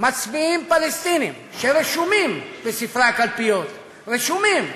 מצביעים פלסטינים שרשומים בספרי הקלפיות, רשומים,